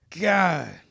God